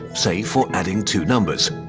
say, for adding two numbers.